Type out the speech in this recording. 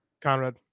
Conrad